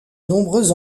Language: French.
nombreux